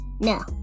No